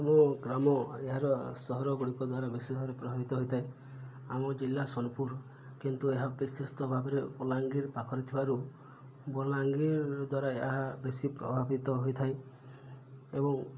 ଆମ ଗ୍ରାମ ଏହାର ସହର ଗୁଡ଼ିକ ଦ୍ୱାରା ବେଶୀ ଭାବରେ ପ୍ରଭାବିତ ହୋଇଥାଏ ଆମ ଜିଲ୍ଲା ସୋନପୁର କିନ୍ତୁ ଏହା ବିଶିଷ୍ଟ ଭାବରେ ବଲାଙ୍ଗୀର ପାଖରେ ଥିବାରୁ ବଲାଙ୍ଗୀର ଦ୍ୱାରା ଏହା ବେଶୀ ପ୍ରଭାବିତ ହୋଇଥାଏ ଏବଂ